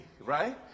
Right